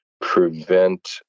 prevent